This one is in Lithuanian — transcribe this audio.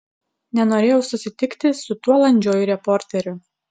nenorėjau susitikti su tuo landžiuoju reporteriu